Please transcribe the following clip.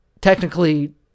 technically